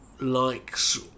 likes